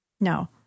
no